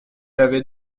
avait